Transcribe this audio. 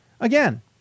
again